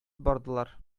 бардылар